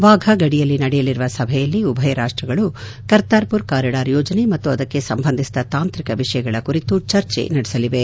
ವಾಘಾಗಡಿಯಲ್ಲಿ ನಡೆಯಲಿರುವ ಸಭೆಯಲ್ಲಿ ಉಭಯ ರಾಷ್ಟಗಳು ಕರ್ತಾರ್ಮರ್ ಕಾರಿಡಾರ್ ಯೋಜನೆ ಮತ್ತು ಅದಕ್ಕೆ ಸಂಬಂಧಿಸಿದ ತಾಂತ್ರಿಕ ವಿಷಯಗಳ ಕುರಿತು ಚರ್ಚೆ ನಡೆಸಲಿವೆ